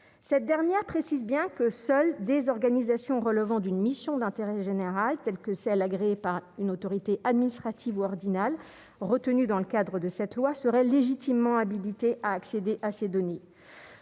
cette dernière précise bien que seuls des organisations relevant d'une mission d'intérêt général tels que celles agréées par une autorité administrative ordinale retenus dans le cadre de cette loi serait légitimement habilité à accéder à ces données,